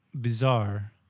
bizarre